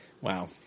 Wow